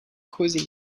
cosy